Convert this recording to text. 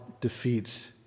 defeats